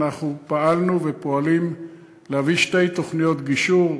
אנחנו פעלנו ופועלים להביא שתי תוכניות גישור,